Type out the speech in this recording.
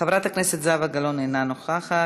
חברת הכנסת זהבה גלאון, אינה נוכחת.